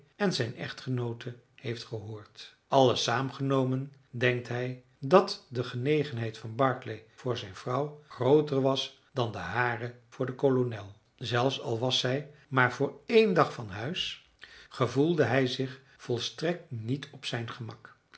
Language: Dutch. en zijn echtgenoote heeft gehoord alles saamgenomen denkt hij dat de genegenheid van barclay voor zijn vrouw grooter was dan de hare voor den kolonel zelfs al was zij maar voor één dag van huis gevoelde hij zich volstrekt niet op zijn gemak